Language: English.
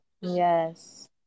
yes